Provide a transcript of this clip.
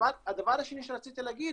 הדבר השני שרציתי להגיד,